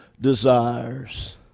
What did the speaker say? desires